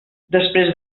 després